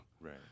Right